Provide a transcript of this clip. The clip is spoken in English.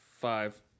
five